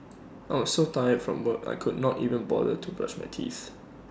I was so tired from work I could not even bother to brush my teeth